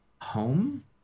home